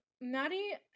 Maddie